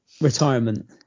retirement